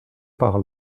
par